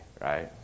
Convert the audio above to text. right